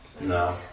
No